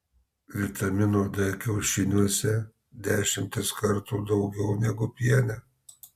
vitamino d kiaušiniuose dešimtis kartų daugiau negu piene